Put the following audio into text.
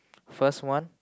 first one